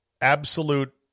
absolute